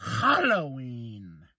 Halloween